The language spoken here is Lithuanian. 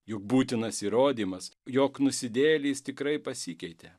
juk būtinas įrodymas jog nusidėjėlis tikrai pasikeitė